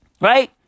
Right